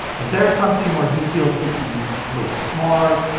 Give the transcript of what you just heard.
if there's something where he feels he can look smart,